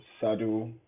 saddle